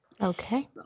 Okay